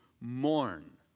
mourn